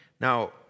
Now